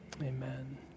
amen